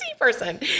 person